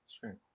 Sure